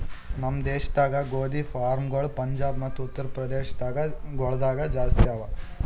ನಮ್ ದೇಶದಾಗ್ ಗೋದಿ ಫಾರ್ಮ್ಗೊಳ್ ಪಂಜಾಬ್ ಮತ್ತ ಉತ್ತರ್ ಪ್ರದೇಶ ಗೊಳ್ದಾಗ್ ಜಾಸ್ತಿ ಅವಾ